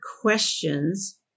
questions